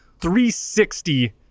360